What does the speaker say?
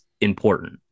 important